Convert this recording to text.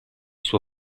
suo